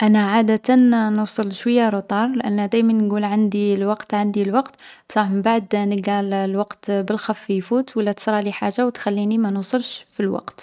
أنا عادة نوصل شويا روطار لأن دايما نقول عندي الوقت عندي الوقت بصح مبعد نلقا الـ الوقت بالخف يفوت و لا تصرالي حاجة و تخليني ما نوصلش في الوقت.